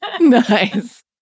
Nice